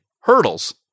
hurdles